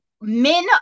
Men